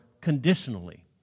conditionally